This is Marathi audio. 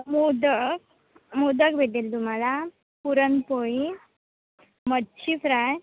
मोदक भेटेल तुम्हाला पुरणपोळी मच्छी फ्राय